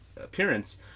appearance